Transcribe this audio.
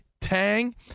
Tang